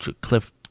cliff